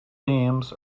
themes